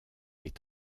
est